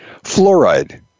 Fluoride